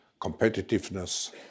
competitiveness